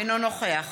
אינו נוכח